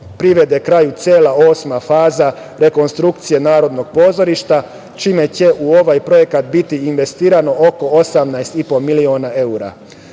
privede kraju cela osma faza rekonstrukcije Narodnog pozorišta, čime će u ovaj projekat biti investirano oko 18,5 miliona evra.Za